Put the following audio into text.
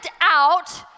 out